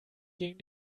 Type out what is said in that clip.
gegen